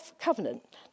covenant